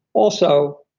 also